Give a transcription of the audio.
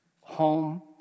home